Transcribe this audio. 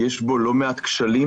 יש בו לא מעט כשלים,